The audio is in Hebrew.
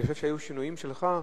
אני חושב שהיו שינויים שלך,